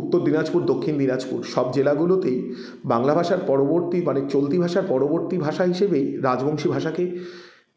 উত্তর দিনাজপুর দক্ষিণ দিনাজপুর সব জেলাগুলোতেই বাংলা ভাষার পরবর্তী মানে চলতি ভাষার পরবর্তী ভাষা হিসেবেই রাজবংশী ভাষাকে